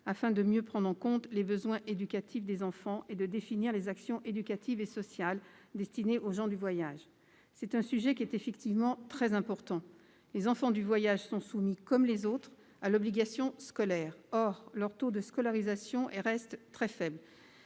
afin de « mieux prendre en compte les besoins éducatifs des enfants, et de définir des actions éducatives et sociales destinées aux gens du voyage ». Ce sujet est effectivement très important : les enfants des gens du voyage sont soumis, comme les autres, à l'obligation scolaire. Or leur taux de scolarisation reste faible